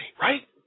right